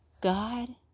God